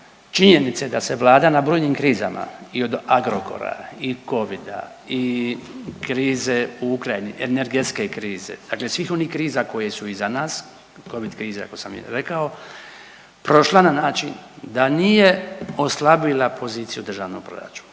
činjenice da se Vlada na brojnim krizama i od Agrokora, i covida, i krize u Ukrajini, energetske krize, dakle svih onih kriza koje su iza nas, covid kriza ako sam je rekao, prošla na način da nije oslabila poziciju državnog proračuna,